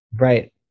right